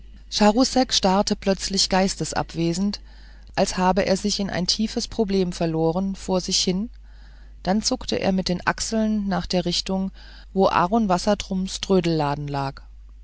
starrte plötzlich geistesabwesend als habe er sich in ein tiefes problem verloren vor sich hin dann zuckte er mit der achsel nach der richtung wo aaron wassertrums trödlerladen lag